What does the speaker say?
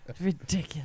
Ridiculous